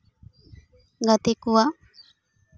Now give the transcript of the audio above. ᱜᱟᱛᱮ ᱠᱚᱣᱟᱜ